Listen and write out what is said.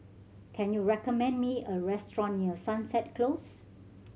can you recommend me a restaurant near Sunset Close